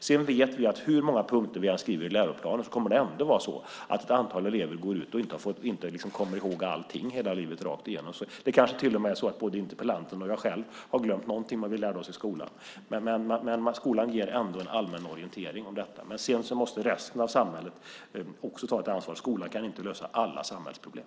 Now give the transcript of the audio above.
Sedan vet vi att hur många punkter vi än skriver i läroplanen kommer det ändå att vara så att ett antal elever går ut och inte kommer ihåg allting hela livet rakt igenom. Det kanske till och med är så att både interpellanten och jag själv har glömt någonting av det vi lärde oss i skolan. Skolan ger ändå en allmän orientering om detta, men sedan måste resten av samhället också ta ett ansvar. Skolan kan inte lösa alla samhällsproblem.